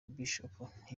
bishops